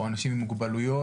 או אנשים עם מוגבלויות.